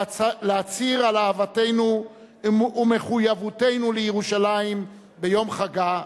להצהיר על אהבתנו ומחויבותנו לירושלים ביום חגה,